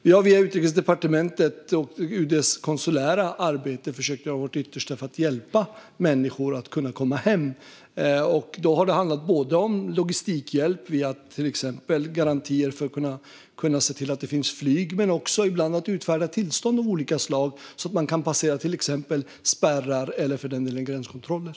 Vi har via Utrikesdepartementet och dess konsulära arbete försökt göra vårt yttersta för att hjälpa människor att komma hem. Det har handlat både om logistikhjälp, till exempel via garantier för att se till att det finns flyg, och ibland om att utfärda tillstånd av olika slag så att man kan passera till exempel spärrar eller för den delen gränskontroller.